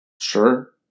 Sure